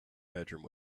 bedroom